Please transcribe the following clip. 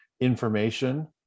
information